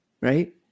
Right